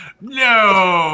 No